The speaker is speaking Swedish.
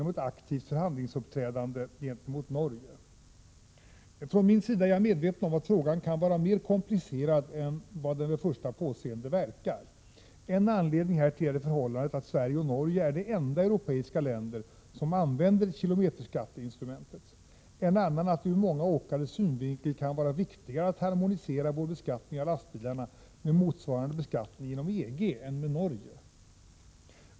Jag är medveten om att frågan kan vara mera komplicerad än den vid första påseende verkar. En anledning härtill är det förhållandet att Sverige och Norge är de enda europeiska länder som använder kilometerskatteinstrumentet; en annan att det ur många åkares synvinkel kan vara viktigare att harmonisera vår beskattning av lastbilarna med motsvarande beskattning inom EG än med Norges.